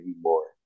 more